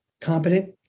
competent